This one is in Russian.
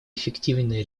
эффективной